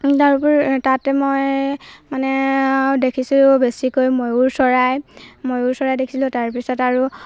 তাৰোপৰিও তাত মই মানে আৰু দেখিছিলোঁ বেছিকৈ ময়ুৰ চৰাই ময়ুৰ চৰাই দেখিছিলোঁ তাৰপিছত আৰু